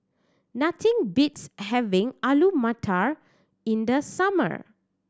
nothing beats having Alu Matar in the summer